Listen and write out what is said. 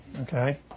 Okay